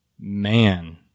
Man